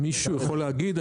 מישהו יכול להגיד?